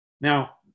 Now